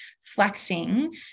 flexing